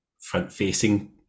front-facing